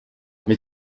mais